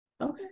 Okay